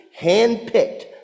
handpicked